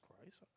Christ